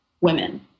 women